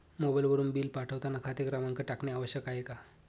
मोबाईलवरून बिल पाठवताना खाते क्रमांक टाकणे आवश्यक आहे का?